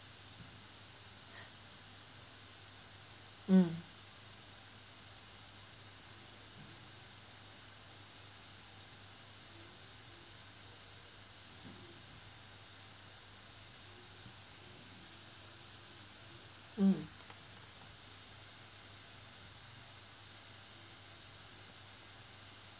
mm mm